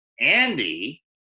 Andy